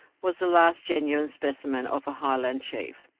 was the last genuine specimen of a highland chief,